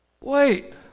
Wait